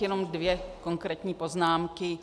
Jenom dvě konkrétní poznámky.